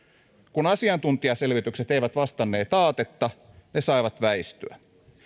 kun asiantuntijaselvitykset eivät vastanneet aatetta ne saivat väistyä